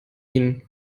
ihnen